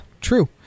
true